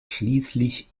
schließlich